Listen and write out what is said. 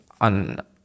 on